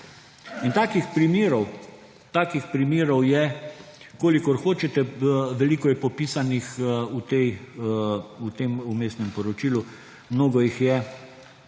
In takih primerov je kolikor hočete, veliko je popisanih v tem Vmesnem poročilu, mnogo jih je